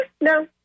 no